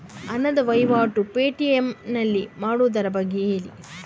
ಹಣದ ವಹಿವಾಟು ಪೇ.ಟಿ.ಎಂ ನಲ್ಲಿ ಮಾಡುವುದರ ಬಗ್ಗೆ ಹೇಳಿ